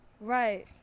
Right